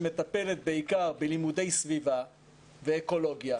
שמטפלת בעיקר בלימודי סביבה ואקולוגיה,